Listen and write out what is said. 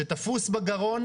שתפוס בגרון,